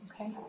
Okay